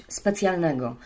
specjalnego